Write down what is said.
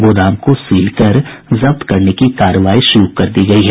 गोदाम को सील कर जब्त करने की कार्रवाई शुरू कर दी गयी है